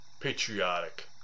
patriotic